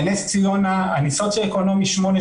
בנס ציונה אני סוציו אקונומי 8,